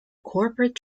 corporate